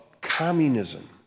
Communism